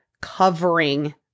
covering